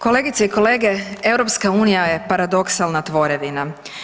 Kolegice i kolege, EU je paradoksalna tvorevina.